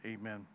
Amen